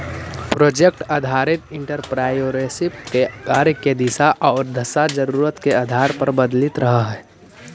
project आधारित entrepreneurship के कार्य के दिशा औउर दशा जरूरत के आधार पर बदलित रहऽ हई